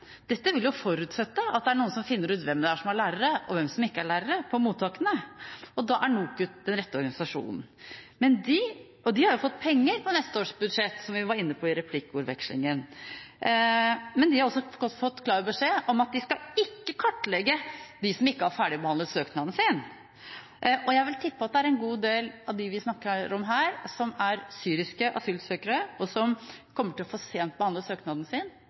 Dette vil jo forutsette at det er noen som finner ut hvem på mottakene som er lærere og ikke. Da er NOKUT den rette organisasjonen. De har fått penger på neste års budsjett, som vi var inne på i replikkvekslingen, men de har også fått klar beskjed om at de ikke skal kartlegge dem som ikke har fått ferdigbehandlet søknaden sin. Jeg vil tippe det er en god del av dem vi snakker om her, som er syriske asylsøkere som kommer til å få behandlet søknaden sin